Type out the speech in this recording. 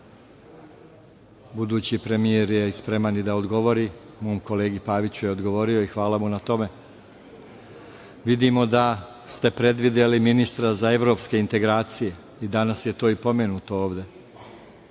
budući premijer je spreman i da odgovori, mom kolegi Paviću već je odgovorio i hvala mu na tome. vidimo da ste predvideli ministra za evropske integracije i danas je to i pomenuto ovde,